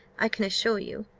i can assure you.